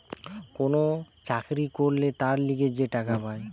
কোন চাকরি করলে তার লিগে যে টাকা পায়